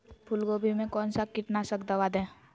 फूलगोभी में कौन सा कीटनाशक दवा दे?